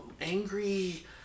angry